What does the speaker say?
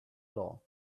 law